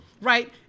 right